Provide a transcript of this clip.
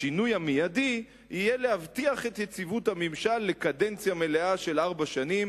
השינוי המיידי יהיה להבטיח את יציבות הממשל לקדנציה מלאה של ארבע שנים,